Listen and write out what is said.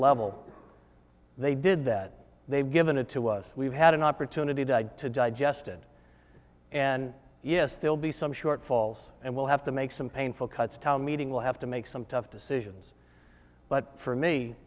level they did that they've given it to us we've had an opportunity to add to digest and and yes they'll be some shortfalls and will have to make some painful cuts town meeting will have to make some tough decisions but for me